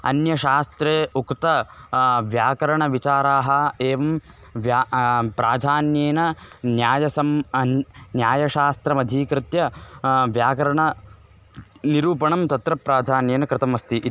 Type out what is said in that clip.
अन्यशास्त्रे उक्ताः व्याकरणविचाराः एवं व्या प्राधान्येन न्यायसं अन् न्यायशास्त्रमधीकृत्य व्याकरणनिरूपणं तत्र प्राधान्येन कृतमस्ति इति